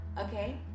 Okay